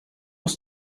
ist